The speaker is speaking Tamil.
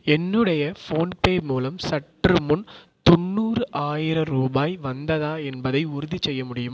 என்னுடைய ஃபோன்பே மூலம் சற்றுமுன் தொண்ணூறு ஆயிரம் ரூபாய் வந்ததா என்பதை உறுதி செய்ய முடியுமா